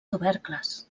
tubercles